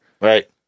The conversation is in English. right